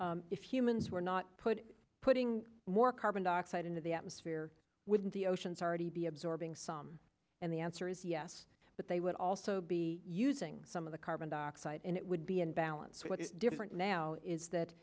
if humans were not put putting more carbon dioxide into the atmosphere wouldn't the oceans already be absorbing some and the answer is yes but they would also be using some of the carbon dioxide and it would be in balance what is different now is that